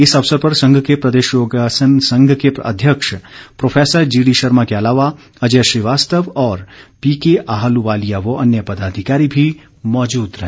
इस अवसर पर संघ के प्रदेश योगासन संघ के अध्यक्ष प्रोफैसर जीडी शर्मा के अलावा अजय श्रीवास्तव और पीके आहलूवालिया व अन्य पदाधिकारी भी मौजूद रहे